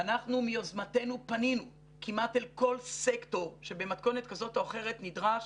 ואנחנו מיוזמתנו פנינו כמעט אל כל סקטור שבמתכונת כזאת או אחרת נדרש